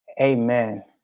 amen